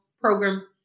program